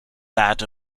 that